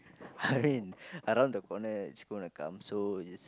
Harin around the corner it's gonna come so is